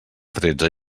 tretze